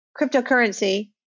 cryptocurrency